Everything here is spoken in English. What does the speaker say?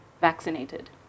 vaccinated